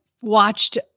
watched